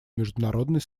международной